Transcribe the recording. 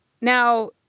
Now